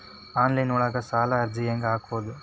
Online ಒಳಗ ಸಾಲದ ಅರ್ಜಿ ಹೆಂಗ್ ಹಾಕುವುದು?